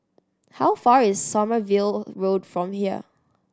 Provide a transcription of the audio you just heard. how far s Sommerville Road from here